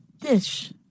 Dish